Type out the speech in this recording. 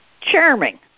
Charming